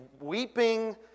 weeping